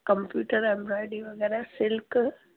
computer embroidery वग़ैरह silk